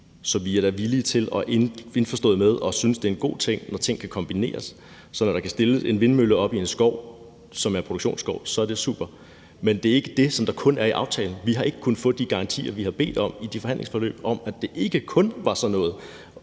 vi er da villige til og indforståede med, at ting kan kombineres; det synes vi er en god ting. Så når der kan stilles en vindmølle op i en skov, som er produktionsskov, så er det super. Men det er ikke det, som kun er i aftalen. Vi har ikke kunnet få de garantier, vi har bedt om i de forhandlingsforløb, om, at det ikke kun var sådan noget.